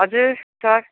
हजुर सर